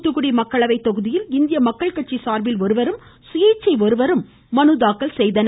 தூத்துக்குடி மக்களவை தொகுதியில் இந்திய மக்கள் கட்சி சார்பில் ஒருவரும் சுயேச்சை ஒருவரும் இன்று மனு தாக்கல் செய்தனர்